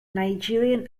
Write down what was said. nigerian